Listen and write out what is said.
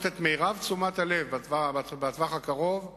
בטווח הקרוב את מירב תשומת הלב בתחום העירוני